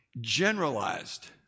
generalized